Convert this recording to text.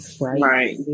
right